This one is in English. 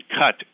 cut